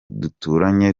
duturanye